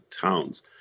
towns